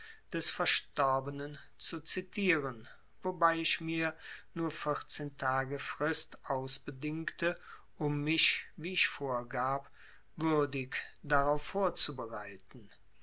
des verstorbenen zu zitieren wobei ich mir nur vierzehn tage frist ausbedingte um mich wie ich vorgab würdig darauf vorzubereiten